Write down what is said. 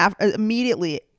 immediately